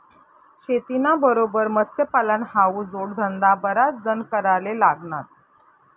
शेतीना बरोबर मत्स्यपालन हावू जोडधंदा बराच जण कराले लागनात